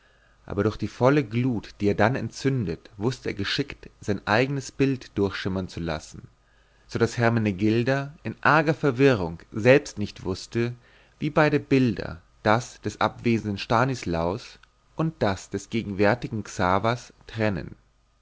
aber durch die volle glut die er dann entzündet wußte er geschickt sein eignes bild durchschimmern zu lassen so daß hermenegilda in arger verwirrung selbst nicht wußte wie beide bilder das des abwesenden stanislaus und das des gegenwärtigen xaver trennen